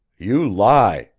you lie!